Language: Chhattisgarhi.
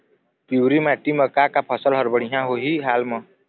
पिवरी माटी म का का फसल हर बढ़िया होही हाल मा?